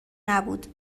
نبود